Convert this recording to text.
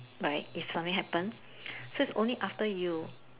like if something happen so it's only after you